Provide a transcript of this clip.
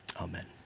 amen